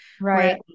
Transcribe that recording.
right